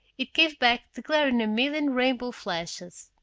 it gave back the glare in a million rainbow flashes.